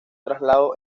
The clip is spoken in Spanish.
traslado